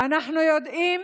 אנחנו יודעים